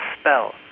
spell